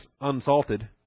unsalted